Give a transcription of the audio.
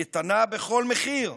ניתנה בכל מחיר".